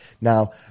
Now